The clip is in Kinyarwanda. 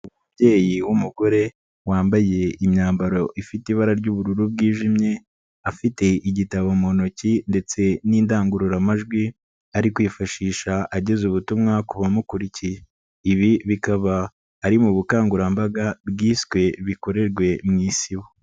Umubyeyi w'umugore, wambaye imyambaro ifite ibara ry'ubururu bwijimye, afite igitabo mu ntoki ndetse n'indangururamajwi, ari kwifashisha ageza ubutumwa ku bamukurikiye, ibi bikaba ari mu bukangurambaga, bwiswe "bikorerwe mu isibo".